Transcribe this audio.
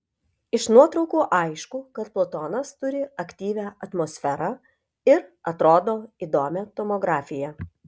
iš nuotraukų aišku kad plutonas turi aktyvią atmosferą ir atrodo įdomią topografiją